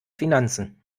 finanzen